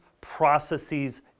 processes